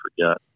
forget